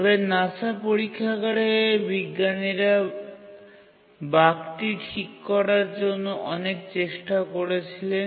তবে NASA পরীক্ষাগারে বিজ্ঞানীরা সমস্যাটি ঠিক করার জন্য অনেক চেষ্টা করছিলেন